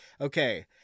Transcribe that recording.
okay